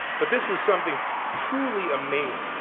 but this was something truly amazing.